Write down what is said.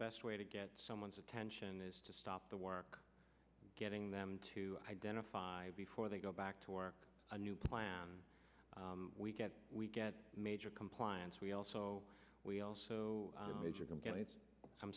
best way to get someone's attention is to stop the work getting them to identify before they go back to work a new plan we can we get major compliance we also we also i'm